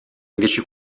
invece